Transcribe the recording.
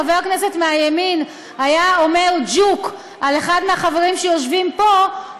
חבר כנסת מהימין היה אומר "ג'וק" על אחד מהחברים שיושבים פה,